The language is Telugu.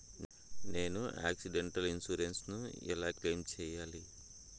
నేను ఆక్సిడెంటల్ ఇన్సూరెన్సు ను ఎలా క్లెయిమ్ సేయాలి?